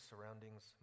surroundings